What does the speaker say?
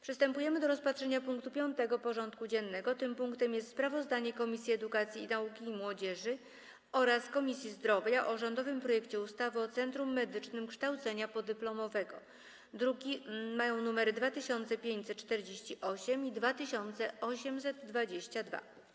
Przystępujemy do rozpatrzenia punktu 5. porządku dziennego: Sprawozdanie Komisji Edukacji, Nauki i Młodzieży oraz Komisji Zdrowia o rządowym projekcie ustawy o Centrum Medycznym Kształcenia Podyplomowego (druki nr 2548 i 2822)